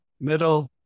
middle